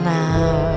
now